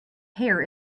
hair